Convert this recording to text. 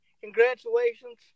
congratulations